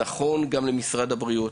זה נכון גם לגבי משרד הבריאות